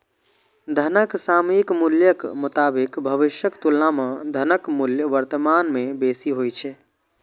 धनक सामयिक मूल्यक मोताबिक भविष्यक तुलना मे धनक मूल्य वर्तमान मे बेसी होइ छै